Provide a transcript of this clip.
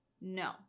No